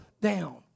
down